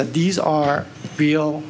that these are real